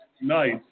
nice